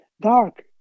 dark